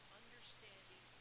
understanding